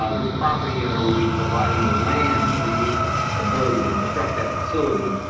ah this property owner will be providing the land for the ability to construct that facility.